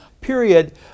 period